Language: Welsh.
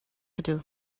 ydw